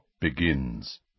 Begins